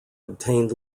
obtained